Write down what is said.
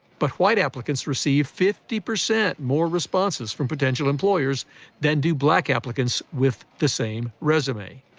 but white applicants receive fifty percent more responses from potential employers than do black applicants with the same resume.